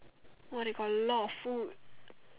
!wah! they got lot of food